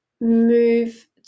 move